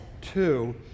two